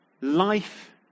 life